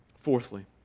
Fourthly